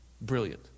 Brilliant